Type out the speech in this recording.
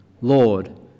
Lord